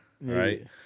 right